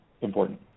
important